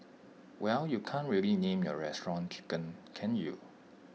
well you can't really name your restaurant 'Chicken' can you